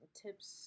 tips